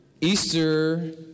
Easter